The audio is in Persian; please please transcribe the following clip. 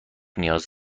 نیاز